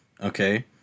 Okay